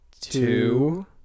two